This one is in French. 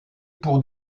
pour